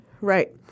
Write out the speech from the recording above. right